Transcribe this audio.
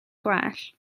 gwell